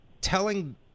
telling